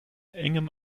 engem